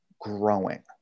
growing